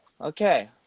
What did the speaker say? Okay